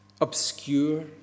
obscure